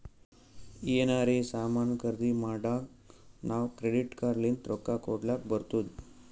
ಎನಾರೇ ಸಾಮಾನ್ ಖರ್ದಿ ಮಾಡ್ದಾಗ್ ನಾವ್ ಕ್ರೆಡಿಟ್ ಕಾರ್ಡ್ ಲಿಂತ್ ರೊಕ್ಕಾ ಕೊಡ್ಲಕ್ ಬರ್ತುದ್